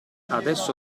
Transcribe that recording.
adesso